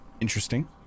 interesting